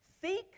Seek